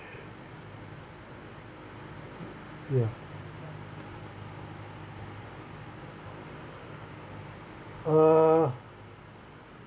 ya uh